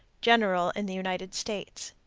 general in the united states.